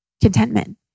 Contentment